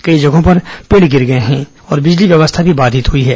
कई जगहों पर पेड़ गिर गए हैं और बिजली व्यवस्था बाधित हुई है